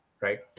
right